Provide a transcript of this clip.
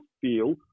feel